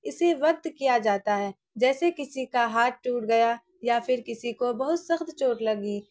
اسی وقت کیا جاتا ہے جیسے کسی کا ہاتھ ٹوٹ گیا یا پھر کسی کو بہت سخت چوٹ لگی